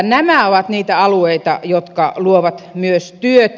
nämä ovat niitä alueita jotka luovat myös työtä